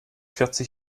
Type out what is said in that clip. vierzig